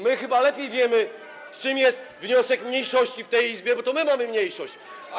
My chyba lepiej wiemy, czym jest wniosek mniejszości w tej Izbie, bo to my mamy mniejszość.